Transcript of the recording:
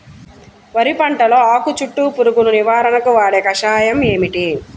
వరి పంటలో ఆకు చుట్టూ పురుగును నివారణకు వాడే కషాయం ఏమిటి?